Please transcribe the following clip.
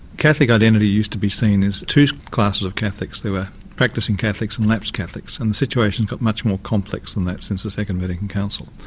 catholic identity used to be seen as two classes of catholics. there were practising catholics and lapsed catholics and the situation's got much more complex than that since the second vatican council.